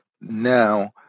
now